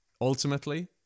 ultimately